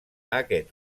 aquest